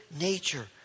nature